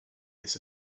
this